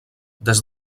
des